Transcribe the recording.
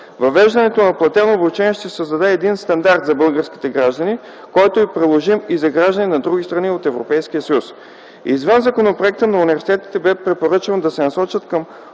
Въвеждането на платеното обучение ще създаде един стандарт за български граждани, който е приложим и за граждани на други страни от Европейския съюз. Извън законопроекта, на университетите бе препоръчано да се насочат към